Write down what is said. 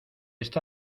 está